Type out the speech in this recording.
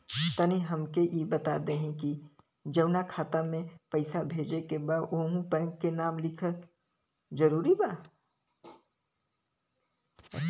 तनि हमके ई बता देही की जऊना खाता मे पैसा भेजे के बा ओहुँ बैंक के नाम लिखल जरूरी बा?